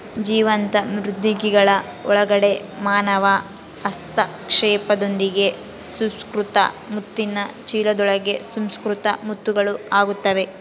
ಜೀವಂತ ಮೃದ್ವಂಗಿಗಳ ಒಳಗಡೆ ಮಾನವ ಹಸ್ತಕ್ಷೇಪದೊಂದಿಗೆ ಸುಸಂಸ್ಕೃತ ಮುತ್ತಿನ ಚೀಲದೊಳಗೆ ಸುಸಂಸ್ಕೃತ ಮುತ್ತುಗಳು ಆಗುತ್ತವೆ